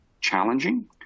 challenging